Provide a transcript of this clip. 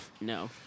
No